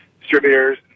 distributors